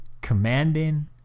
commanding